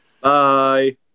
Bye